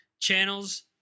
channels